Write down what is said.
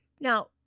now